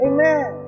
Amen